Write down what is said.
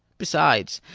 besides,